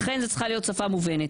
לכן זו צריכה להיות שפה מובנת.